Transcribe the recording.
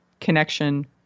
connection